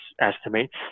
estimates